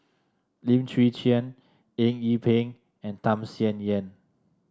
Lim Chwee Chian Eng Yee Peng and Tham Sien Yen